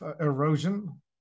erosion